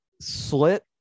Slit